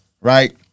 right